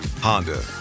Honda